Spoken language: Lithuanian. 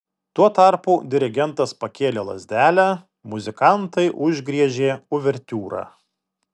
tuo tarpu dirigentas pakėlė lazdelę muzikantai užgriežė uvertiūrą